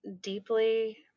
deeply